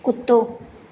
कुतो